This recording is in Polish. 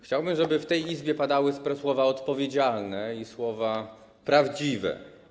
Chciałbym, żeby w tej Izbie padały słowa odpowiedzialne i słowa prawdziwe.